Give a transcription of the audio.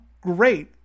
great